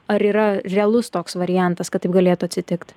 ar yra realus toks variantas kad taip galėtų atsitikt